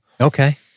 Okay